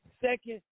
second